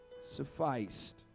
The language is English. sufficed